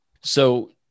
So-